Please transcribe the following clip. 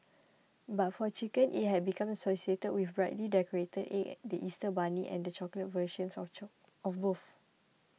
but for chicken it has become associated with brightly decorated eggs the Easter bunny and the chocolate versions of choke both